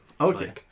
Okay